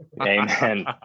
amen